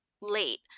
late